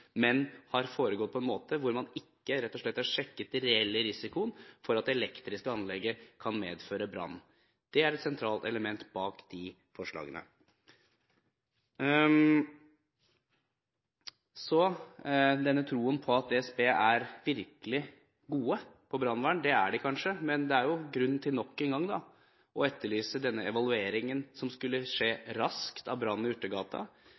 men dette har foregått på en måte hvor man rett og slett ikke har sjekket den reelle risikoen for at det elektriske anlegget kan medføre brann. Det er et sentralt element bak forslagene. Så til denne troen på at DSB er virkelig gode når det gjelder brannvern. Det er de kanskje, men det er grunn til nok en gang å etterlyse den evalueringen som skulle skje raskt etter brannen i Urtegata.